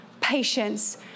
patience